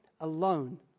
alone